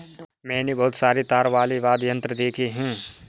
मैंने बहुत सारे तार वाले वाद्य यंत्र देखे हैं